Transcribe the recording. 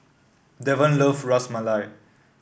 Davon love Ras Malai